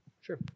Sure